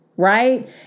Right